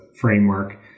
framework